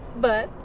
but.